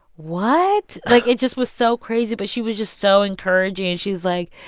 what? like, it just was so crazy. but she was just so encouraging. and she's like,